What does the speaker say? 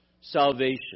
salvation